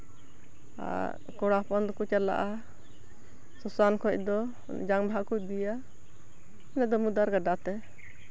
ᱟᱨ ᱠᱚᱲᱟ ᱦᱚᱯᱚᱱ ᱫᱚᱠᱚ ᱪᱟᱞᱟᱜᱼᱟ ᱥᱚᱥᱟᱱ ᱠᱷᱚᱱ ᱫᱚ ᱡᱟᱝ ᱵᱟᱦᱟ ᱠᱚ ᱤᱫᱤᱭᱟ ᱫᱟᱢᱳᱫᱚᱨ ᱜᱟᱰᱟ ᱛᱮ